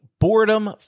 Boredom